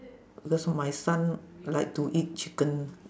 that's what my son like to eat chicken